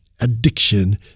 addiction